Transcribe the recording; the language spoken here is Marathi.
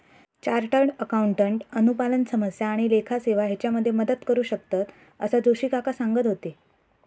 चार्टर्ड अकाउंटंट अनुपालन समस्या आणि लेखा सेवा हेच्यामध्ये मदत करू शकतंत, असा जोशी काका सांगत होते